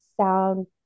sound